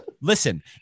listen